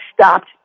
stopped